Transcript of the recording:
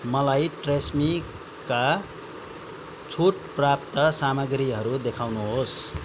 मलाई ट्रेस्मीका छुट प्राप्त सामग्रीहरू देखाउनुहोस्